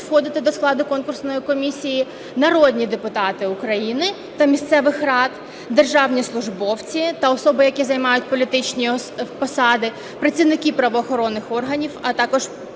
входити до складу конкурсної комісії народні депутати України та місцевих рад, державні службовці та особи, які займають політичні посади, працівники правоохоронних органів, а також